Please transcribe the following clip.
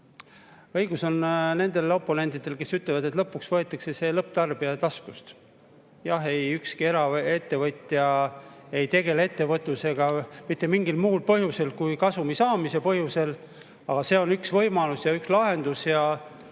Õigus on nendel oponentidel, kes ütlevad, et lõpuks võetakse see lõpptarbija taskust. Jah, ükski eraettevõtja ei tegele ettevõtlusega mitte mingil muul põhjusel kui kasumi saamine. Aga see on üks võimalus ja üks lahendus. Siinjuures